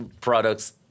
products